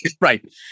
Right